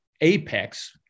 apex